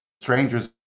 strangers